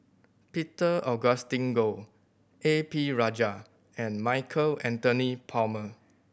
Peter Augustine Goh A P Rajah and Michael Anthony Palmer